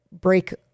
break